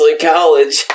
college